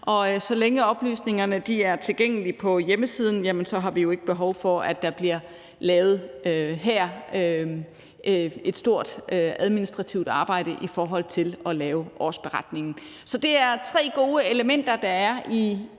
så længe oplysningerne er tilgængelige på hjemmesiden, har vi jo ikke behov for, at der her bliver lavet et stort administrativt arbejde i forhold til at lave årsberetningen. Så det er tre gode elementer, der er i det